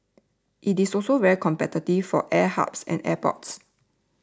it is also very competitive for air hubs and airports